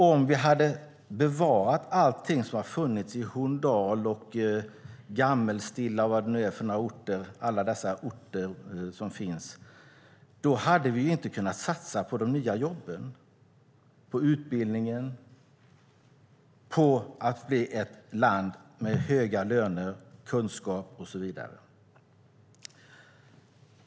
Om vi hade bevarat allt som hade funnits i Horndal, Gammelstilla och vad det kan vara - alla dessa orter som finns - då hade vi inte kunnat satsa på de nya jobben, på utbildning och på att bli ett land med höga löner, kunskap och så vidare.